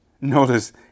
Notice